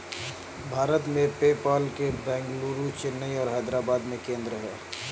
भारत में, पेपाल के बेंगलुरु, चेन्नई और हैदराबाद में केंद्र हैं